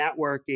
networking